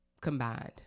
combined